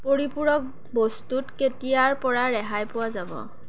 পৰিপূৰক বস্তুত কেতিয়াৰ পৰা ৰেহাই পোৱা যাব